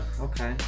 Okay